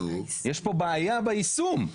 יש פה בעיה ביישום.